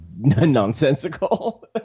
nonsensical